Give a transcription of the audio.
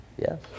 Yes